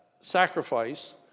sacrifice